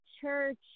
church